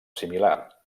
similar